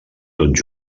tots